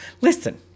Listen